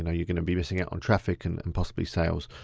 and you're gonna be missing out on traffic and and possibly sales.